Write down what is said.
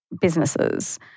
businesses